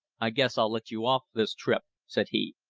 i guess i'll let you off this trip, said he.